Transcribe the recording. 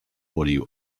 body